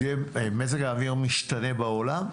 מזג האוויר משתנה בעולם,